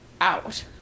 out